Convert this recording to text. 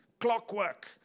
clockwork